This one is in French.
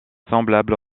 semblables